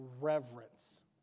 reverence